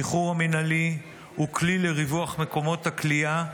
השחרור המינהלי הוא כלי לריווח מקומות הכליאה.